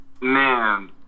Man